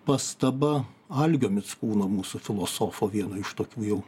pastaba algio mickūno mūsų filosofo vieno iš tokių jau